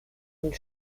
und